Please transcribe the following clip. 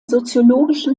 soziologischen